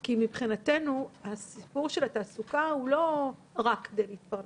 כי מבחינתנו הסיפור של התעסוקה הוא לא רק כדי להתפרנס,